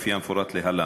לפי המפורט להלן: